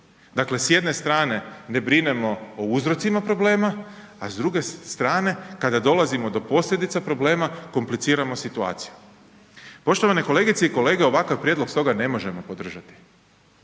Dakle s jedne strane na brinemo o uzrocima problema a s druge strane kada dolazimo do posljedica problema kompliciramo situaciju. Poštovane kolegice i kolege ovakav prijedlog stoga ne možemo podržati.